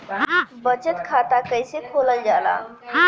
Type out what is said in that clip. बचत खाता कइसे खोलल जाला?